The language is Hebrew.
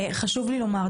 חשוב לי לומר,